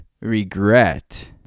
regret